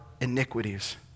iniquities